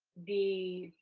the.